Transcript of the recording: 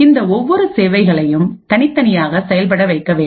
இந்த ஒவ்வொரு சேவைகளையும் தனித்தனியாக செயல்பட வைக்க வேண்டும்